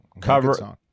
Cover